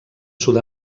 sud